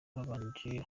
babanje